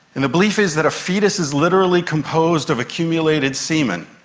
and the belief is that a fetus is literally composed of accumulated semen.